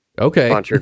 Okay